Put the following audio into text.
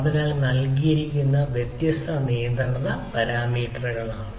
അതിനാൽ നൽകിയിരിക്കുന്ന വ്യത്യസ്ത നിയന്ത്രണ പാരാമീറ്ററുകൾ ഇവയാണ്